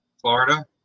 Florida